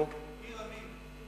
"עיר עמים".